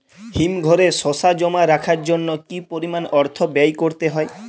হিমঘরে শসা জমা রাখার জন্য কি পরিমাণ অর্থ ব্যয় করতে হয়?